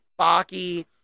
Baki